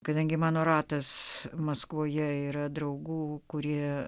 kadangi mano ratas maskvoje yra draugų kurie